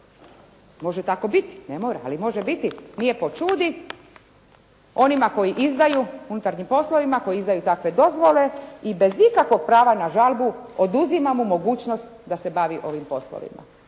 može tako biti, ne mora ali može biti, nije po ćudi onima koji izdaju u unutarnjim poslovima, koji izdaju takve dozvole i bez ikakvog prava na žalbu oduzima mu mogućnost da se bavi ovim poslovima.